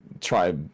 try